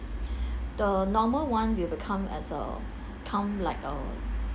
the normal one we will count as a count like a